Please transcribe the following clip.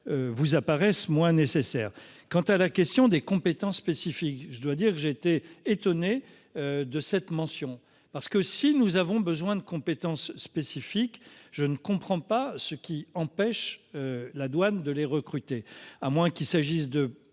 Vous apparaissent moins nécessaire quant à la question des compétences spécifiques. Je dois dire que j'ai été étonné de cette mention parce que si nous avons besoin de compétences spécifiques. Je ne comprends pas ce qui empêche la douane de les recruter, à moins qu'il s'agisse de